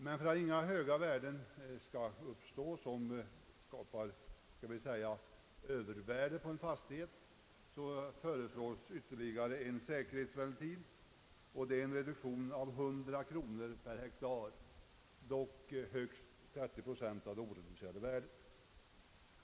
Men för att det inte skall uppstå vad man brukar kalla övervärde på en fastighet föreslås ytterligare en säkerhetsventil, nämligen en reduktion av 100 kronor per hektar, dock högst 30 procent av det oreducerade värdet.